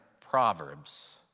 proverbs